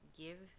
give